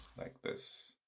like this.